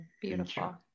Beautiful